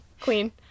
Queen